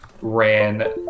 ran